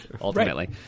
ultimately